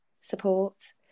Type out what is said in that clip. support